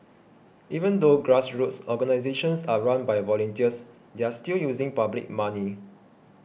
even though grassroots organisations are run by volunteers they are still using public money